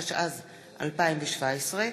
התשע"ז 2017,